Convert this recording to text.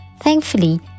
Thankfully